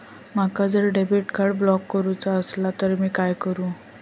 माका जर debit card block करूचा असला तर मी काय करू?